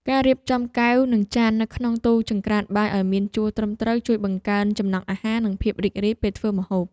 ការរៀបចំកែវនិងចាននៅក្នុងទូចង្រ្កានបាយឱ្យមានជួរត្រឹមត្រូវជួយបង្កើនចំណង់អាហារនិងភាពរីករាយពេលធ្វើម្ហូប។